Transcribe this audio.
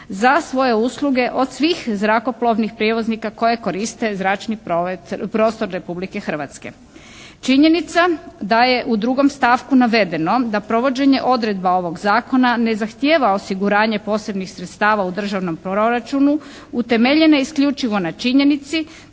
za svoje usluge od svih zrakoplovnih prijevoznika koje koriste zračni promet, prostor Republike Hrvatske. Činjenica da je u drugom stavku navedeno da provođenje odredba ovog zakona ne zahtijeva osiguranje posebnih sredstava u državnom proračunu utemeljena je isključivo na činjenici